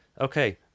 Okay